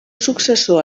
successor